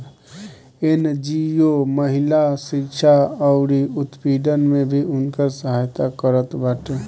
NGO महिला शिक्षा अउरी उत्पीड़न में भी उनकर सहायता करत बाटे